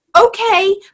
Okay